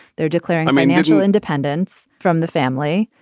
they're declaring a financial independence from the family,